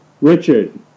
Richard